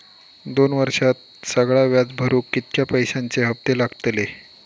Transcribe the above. दोन वर्षात सगळा व्याज भरुक कितक्या पैश्यांचे हप्ते लागतले?